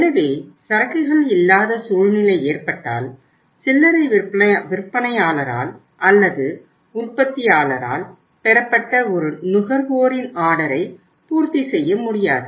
எனவே சரக்குகள் இல்லாத சூழ்நிலை ஏற்பட்டால் சில்லறை விற்பனையாளரால் அல்லது உற்பத்தியாளரால் பெறப்பட்ட ஒரு நுகர்வோரின் ஆர்டரை பூர்த்தி செய்ய முடியாது